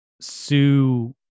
sue